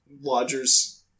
Lodgers